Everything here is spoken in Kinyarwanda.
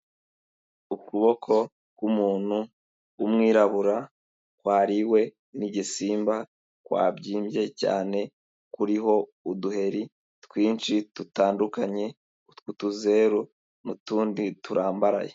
Ukuboko k'umuntu w'umwirabura kwariwe n'igisimba, kwabyimbye cyane kuriho uduheri twinshi dutandukanye utw'utuzeru n'utundi turambaraye.